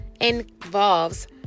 involves